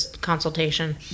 consultation